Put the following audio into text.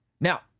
Now